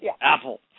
Apple